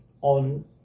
on